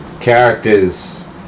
characters